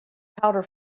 powder